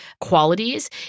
qualities